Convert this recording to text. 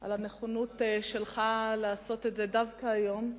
על הנכונות שלך להעלות את זה דווקא היום,